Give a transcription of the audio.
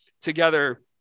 together